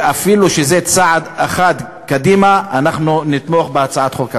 אפילו שזה צעד אחד קדימה אנחנו נתמוך בהצעת החוק הזאת.